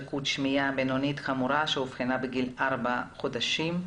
לקות שמיעה בינונית-חמורה שאובחנה בגיל 4 חודשים.